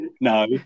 No